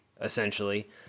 essentially